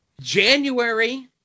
January